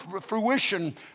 fruition